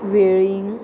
वेळींग